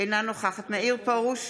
אינה נוכחת מאיר פרוש,